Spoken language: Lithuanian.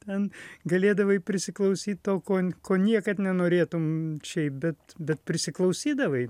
ten galėdavai prisiklausyti to ko ko niekad nenorėtume šiaip bet bet prisiklausydavai